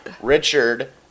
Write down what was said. Richard